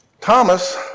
Thomas